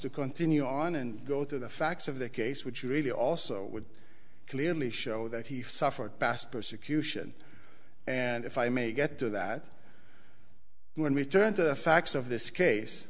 to continue on and go to the facts of the case which really also would clearly show that he suffered past persecution and if i may get to that when we turn to the facts of this case